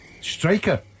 Striker